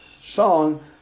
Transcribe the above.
song